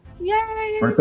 yay